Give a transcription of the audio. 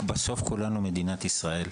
תראי, בסוף כולנו מדינת ישראל.